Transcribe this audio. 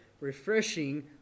refreshing